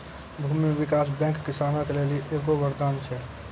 भूमी विकास बैंक किसानो के लेली एगो वरदान छै